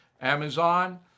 Amazon